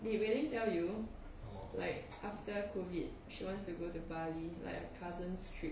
did wei ling tell you like after COVID she wants to go to bali like a cousins trip